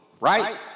Right